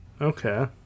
Okay